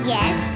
Yes